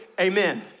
amen